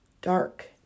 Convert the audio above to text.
dark